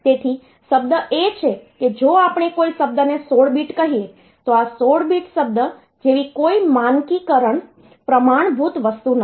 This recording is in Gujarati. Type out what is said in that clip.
તેથી શબ્દ એ છે કે જો આપણે કોઈ શબ્દને 16 બીટ કહીએ તો આ 16 બીટ શબ્દ જેવી કોઈ માનકીકરણ પ્રમાણભૂત વસ્તુ નથી